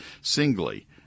singly